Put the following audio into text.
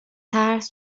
ترس